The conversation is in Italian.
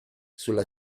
sulla